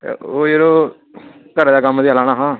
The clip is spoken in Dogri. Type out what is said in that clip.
ओह् यरो घरा कम्म गै लाना हा